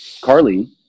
Carly